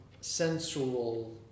sensual